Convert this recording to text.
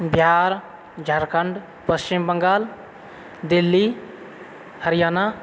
Bihar Jharkhand Paschim Bangal Delhi Haryana